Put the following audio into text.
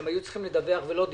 שהם היו צריכים לדווח ולא דיווחו.